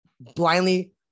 blindly